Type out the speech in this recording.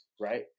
right